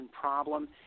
problem